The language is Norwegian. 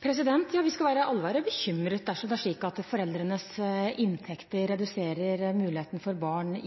Ja, vi skal alle være bekymret dersom foreldrenes inntekter reduserer barns mulighet